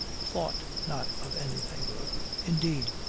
thought not of anything indeed,